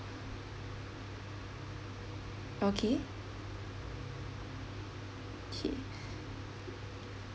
okay K